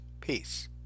Peace